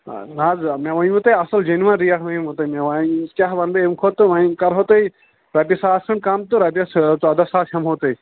آ نہ حظ مےٚ ؤنۍوُ تۄہہِ اَصٕل جٔنوَن ریٹ ؤنۍمو تۄہہِ مےٚ وۄنۍ کیٛاہ وَنہٕ بہٕ اَمہِ کھۄتہٕ تہٕ وۄنۍ کَرہو تۄہہِ رۄپیہِ ساس کھٔنٛڈ کَم تہٕ رۄپیَس ژۄداہ ساس ہٮ۪مہو تُہۍ